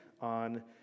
on